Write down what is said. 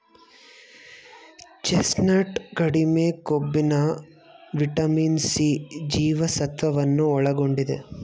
chestnut ಕಡಿಮೆ ಕೊಬ್ಬಿನ vitamin C ಜೀವಸತ್ವವನ್ನು ಒಳಗೊಂಡಿದೆ